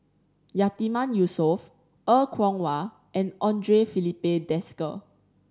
Yatiman Yusof Er Kwong Wah and Andre Filipe Desker